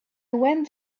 went